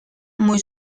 muy